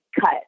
cut